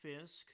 Fisk